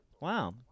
Wow